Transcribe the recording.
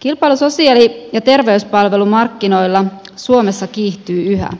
kilpailu sosiaali ja terveyspalvelumarkkinoilla suomessa kiihtyy yhä